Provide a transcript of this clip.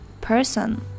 person